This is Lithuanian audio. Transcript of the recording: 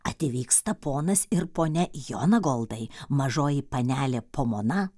atvyksta ponas ir ponia jonagoldai mažoji panelė pamona